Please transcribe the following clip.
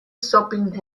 sopping